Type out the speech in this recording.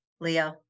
Leo